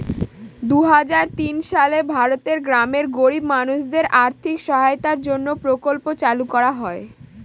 দুই হাজার তিন সালে ভারতের গ্রামের গরিব মানুষদের আর্থিক সহায়তার জন্য প্রকল্প চালু করা হয়